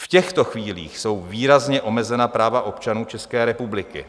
V těchto chvílích jsou výrazně omezena práva občanů České republiky.